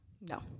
No